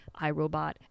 iRobot